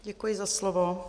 Děkuji za slovo.